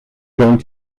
going